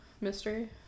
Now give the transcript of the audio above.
mystery